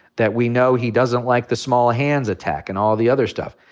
that we know he doesn't like the small hands attack and all the other stuff.